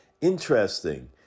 Interesting